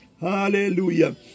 Hallelujah